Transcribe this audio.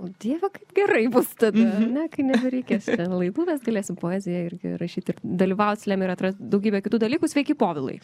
o dieve kaip gerai bus tada ane kai nebereikės vienu laivu mes galėsim poeziją irgi rašyt ir dalyvaut atrast daugybę kitų dalykų sveiki povilai